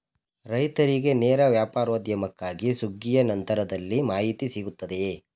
ರೈತರಿಗೆ ನೇರ ವ್ಯಾಪಾರೋದ್ಯಮಕ್ಕಾಗಿ ಸುಗ್ಗಿಯ ನಂತರದಲ್ಲಿ ಮಾಹಿತಿ ಸಿಗುತ್ತದೆಯೇ?